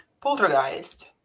poltergeist